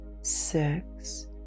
six